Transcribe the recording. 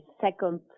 second